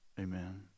Amen